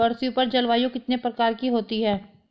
पृथ्वी पर जलवायु कितने प्रकार की होती है?